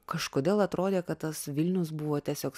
kažkodėl atrodė kad tas vilnius buvo tiesiog